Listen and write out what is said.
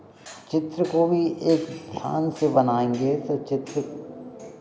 चित्र को भी एक ध्यान से बनाएंगे तो चित्र